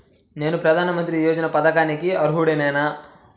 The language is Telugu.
నేను ప్రధాని మంత్రి యోజన పథకానికి అర్హుడ నేన?